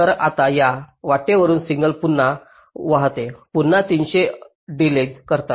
तर आता या वाटेवरून सिग्नल पुन्हा वाहते पुन्हा 300 डिलेज करतात